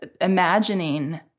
imagining